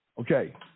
Okay